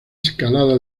escalada